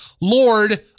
Lord